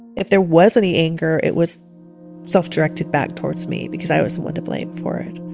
if there was any anger. it was self directed back towards me because i was the one to blame for it